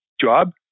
job